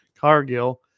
Cargill